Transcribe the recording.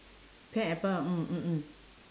pear apple mm mm mm